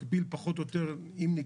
מקביל פחות או יותר לטירונות.